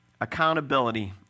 accountability